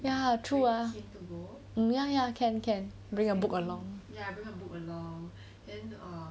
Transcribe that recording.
ya true ah oh ya ya can can bring a book then err